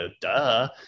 duh